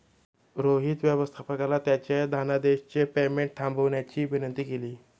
रोहित व्यवस्थापकाला त्याच्या धनादेशचे पेमेंट थांबवण्याची विनंती केली